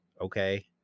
Okay